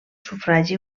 sufragi